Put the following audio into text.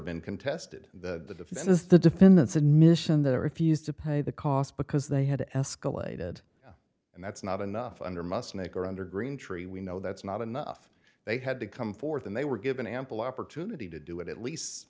been contested in the this is the defendant's admission that i refused to pay the cost because they had escalated and that's not enough under must make or under greentree we know that's not enough they had to come forth and they were given ample opportunity to do it at least